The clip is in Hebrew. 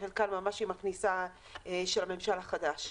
חלקן ממש עם הכניסה של הממשל החדש.